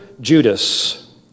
judas